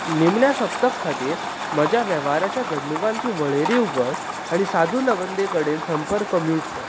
निमण्या सप्तक खातीर म्हज्या वेव्हाराच्या घडणुकांची वळेरी उगड आनी साजू लवंदे कडेन संपर्क म्यूट कर